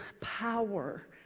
power